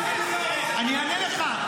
אני אענה לך.